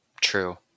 True